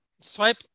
swipe